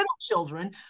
children